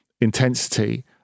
intensity